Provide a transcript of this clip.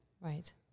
Right